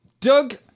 Doug